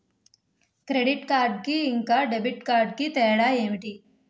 Credit card కి ఇంకా debit card కి తేడా ఏంటి?